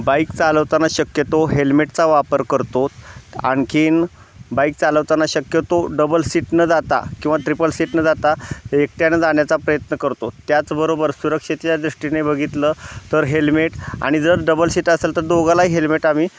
bike चालवताना शक्यतो हेल्मेटचा वापर करतो आणखी बाईक चालवताना शक्यतो डबल सीट न जाता किंवा त्रिपल सीट न जाता एकट्याने जाण्याचा प्रयत्न करतो त्याचबरोबर सुरक्षिततेच्या दृष्टीने बघितलं तर हेल्मेट आणि जर डबल सीट असेल तर दोघांना हेल्मेट आम्ही